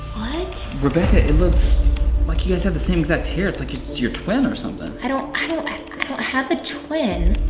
what? rebecca, it looks like you, you guys have the same exact hair, it's like its your twin or something. i don't, i don't, i don't have a twin.